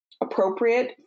appropriate